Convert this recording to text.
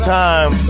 time